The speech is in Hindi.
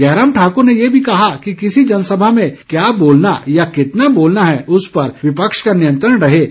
जयराम ठाकुर ने ये भी कहा कि किसी जनसभा में क्या बोलना या कितना बोलना है उस पर विपक्ष का नियंत्रण रहे ऐसा संभव नहीं है